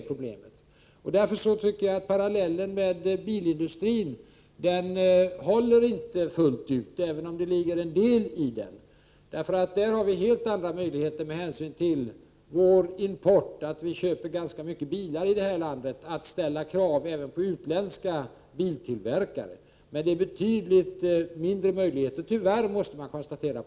Därmed tycker jag inte att Pär Granstedts parallell med bilindustrin håller fullt ut, även om det ligger en del i det han säger. Med hänsyn till att vi importerar en hel del bilar har vi helt andra möjligheter att ställa krav även på utländska biltillverkare. På flygområdet är det tyvärr betydligt sämre möjligheter att ställa liknande krav.